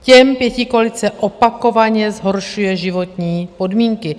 Těm pětikoalice opakovaně zhoršuje životní podmínky.